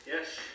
Yes